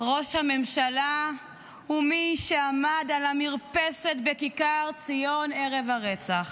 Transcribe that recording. ראש הממשלה הוא מי שעמד על המרפסת בכיכר ציון ערב הרצח.